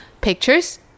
pictures